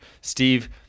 steve